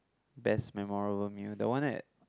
best memorable meal that one at